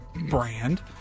brand